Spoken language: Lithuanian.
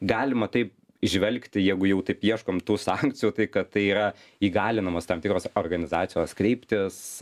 galima tai įžvelgti jeigu jau taip ieškom tų sankcijų tai kad tai yra įgalinamos tam tikros organizacijos kryptys